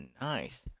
nice